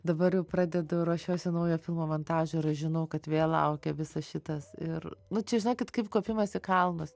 dabar jau pradedu ruošiuosi naujo filmo montažą ir aš žinau kad vėl laukia visas šitas ir nu čia žinokit kaip kopimas į kalnus